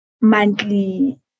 monthly